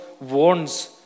warns